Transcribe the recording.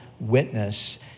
witness